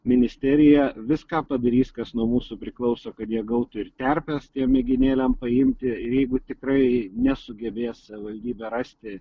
ministerija viską padarys kas nuo mūsų priklauso kad jie gautų ir terpes tiem mėginėliam paimti ir jeigu tikrai nesugebės savivaldybė rasti